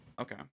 Okay